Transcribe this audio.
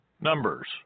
Numbers